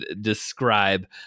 describe